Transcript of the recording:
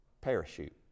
parachute